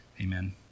Amen